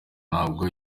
ntabwo